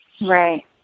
Right